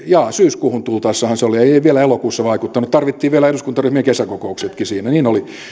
jaa syyskuuhun tultaessahan se oli ei ollut vielä elokuussa vaikuttanut vaan tarvittiin vielä eduskuntaryhmien kesäkokouksetkin siinä niin oli